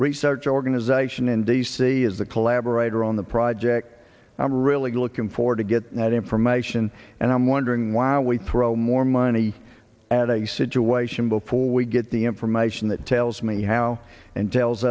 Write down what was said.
research organization in d c is the collaborator on the project i'm really looking forward to get that information and i'm wondering why we throw more money at a situation before we get the information that tells me how and tells